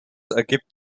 ergibt